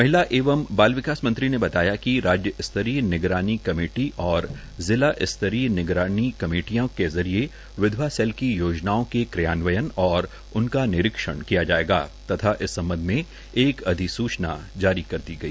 म हला एवं बाल वकास मं ी ने बताया क रा य तर य नगरानी कमेट और जिला तर य नगरानी कमे टयां के ज रये सेल क योजनाओ के या वयन और उनका नर ण कया जायेगा तथा इस स बध म एक अधसूचना जार कर द गई